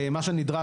מה שנדרש,